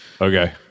Okay